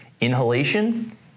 inhalation